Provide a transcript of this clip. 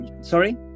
Sorry